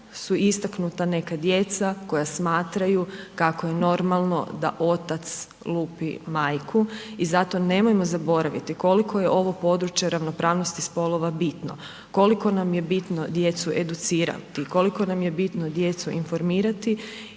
su istaknuta neka djeca koja smatraju kako je normalno da otac lupi majku i zato nemojmo zaboraviti koliko je ovo područje ravnopravnosti spolova bitno, koliko nam je bitno djecu educirati, koliko nam je bitno djecu informirati